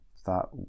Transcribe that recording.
thought